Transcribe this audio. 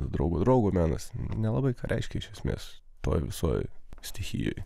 draugo draugo menas nelabai ką reiškia iš esmės toj visoj stichijoj